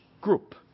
group